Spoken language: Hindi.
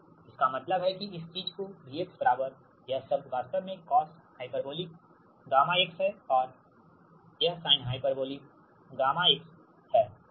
इसका मतलब है कि इस चीज़ को V बराबर यह शब्द वास्तव में कॉस हाइपरबोलिक γx है और यह sine hyperbolic γx gamma x है